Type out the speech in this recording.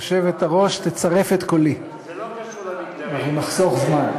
היושבת-ראש תצרף את קולי, כדי לחסוך זמן.